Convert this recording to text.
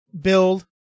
build